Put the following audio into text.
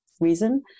reason